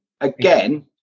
again